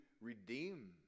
redeem